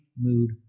mood